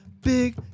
big